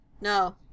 No